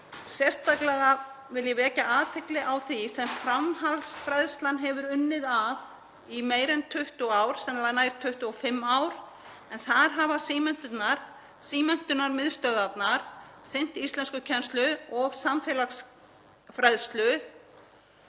Sérstaklega vil ég vekja athygli á því sem framhaldsfræðslan hefur unnið að í meira en 20 ár, sennilega nær 25 árum, en þar hafa símenntunarmiðstöðvarnar sinnt íslenskukennslu og samfélagsfræðslu.